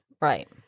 Right